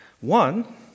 One